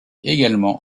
également